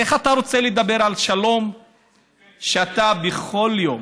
איך אתה רוצה לדבר על שלום כשאתה בכל יום,